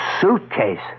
suitcase